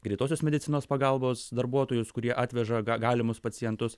greitosios medicinos pagalbos darbuotojus kurie atveža galimus pacientus